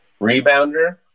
rebounder